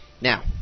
Now